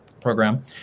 program